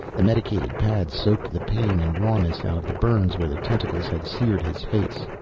the medicated pads soaked the pain and rawness out of the burns where the tentacles had seared his face.